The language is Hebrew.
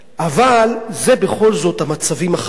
אבל אלה בכל זאת המצבים החריגים.